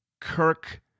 Kirk